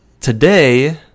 Today